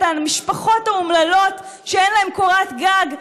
את המשפחות האומללות שאין להן קורת גג,